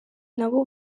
nabo